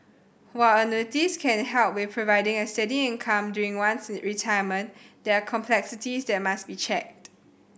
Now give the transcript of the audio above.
while annuities can help with providing a steady income during one's retirement there are complexities that must be checked